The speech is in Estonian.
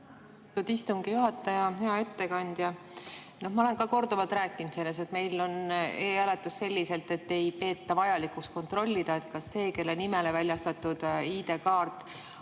Ma olen ka korduvalt rääkinud sellest, et meil on selline e‑hääletus, et ei peeta vajalikuks kontrollida, kas see, kelle nimele on väljastatud ID‑kaart, on